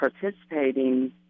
participating